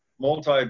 multi